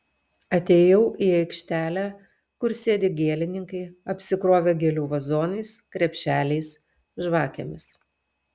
atėjau į aikštelę kur sėdi gėlininkai apsikrovę gėlių vazonais krepšeliais žvakėmis